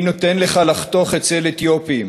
אני נותן לך לחתוך אצל אתיופים.